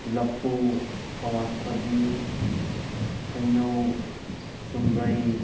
ꯂꯐꯨ ꯑꯋꯥꯊꯕꯤ ꯍꯩꯅꯧ ꯆꯨꯝꯕ꯭ꯔꯩ